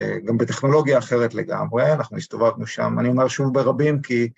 גם בטכנולוגיה אחרת לגמרי, אנחנו הסתובבנו שם, אני אומר שוב ברבים כי...